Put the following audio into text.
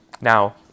Now